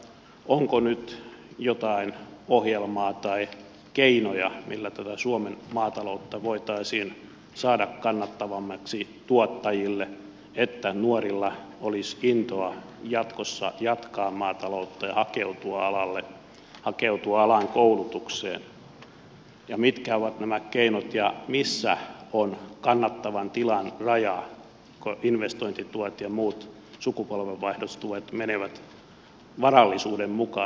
onko nyt jotain ohjelmaa tai keinoja millä tätä suomen maataloutta voitaisiin saada kannattavammaksi tuottajille että nuorilla olisi intoa jatkossa jatkaa maataloutta ja hakeutua alalle hakeutua alan koulutukseen ja mitkä ovat nämä keinot ja missä on kannattavan tilan raja kun investointituet ja muut sukupolvenvaihdostuet menevät varallisuuden mukaan eivätkä alalla toimimishalukkuuden mukaan